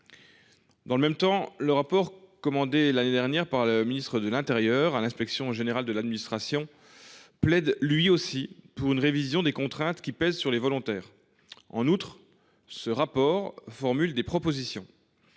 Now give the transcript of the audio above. Dans le même temps, le rapport commandé l’année dernière par le ministre de l’intérieur à l’inspection générale de l’administration plaide également pour une révision des contraintes qui pèsent sur les sapeurs pompiers volontaires et formule diverses propositions.